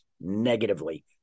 negatively